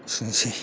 एसेनोसै